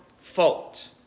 fault